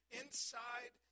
inside